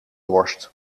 worst